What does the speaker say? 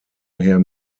her